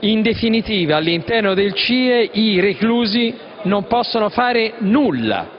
In definitiva, all'interno dei CIE i reclusi non possono fare nulla,